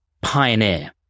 Pioneer